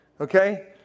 Okay